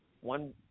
one